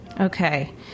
Okay